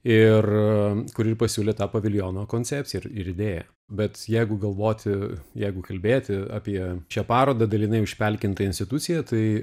ir kur ir pasiūlė tą paviljono koncepciją ir ir idėją bet jeigu galvoti jeigu kalbėti apie šią parodą dalinai užpelkintai institucija tai